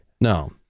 No